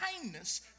kindness